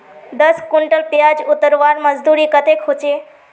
दस कुंटल प्याज उतरवार मजदूरी कतेक होचए?